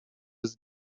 was